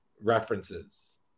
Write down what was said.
references